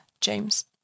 James